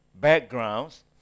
backgrounds